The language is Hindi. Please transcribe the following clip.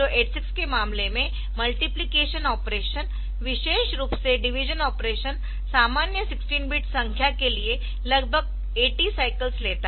8086 के मामले में मल्टीप्लिकेशन ऑपरेशन विशेष रूप से डिवीजन ऑपरेशन सामान्य 16 बिट संख्या के लिए लगभग 80 साइकल्स लेता है